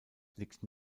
liegt